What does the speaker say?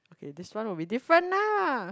okay this one would be different lah